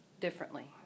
differently